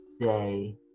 say